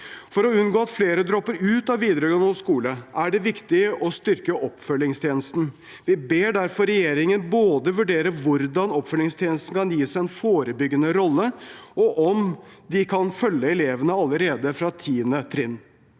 For å unngå at flere dropper ut av videregående skole er det viktig å styrke Oppfølgingstjenesten. Vi ber derfor regjeringen vurdere både hvordan Oppfølgingstjenesten kan gis en forebyggende rolle, og om de kan følge elevene allerede fra 10. trinn.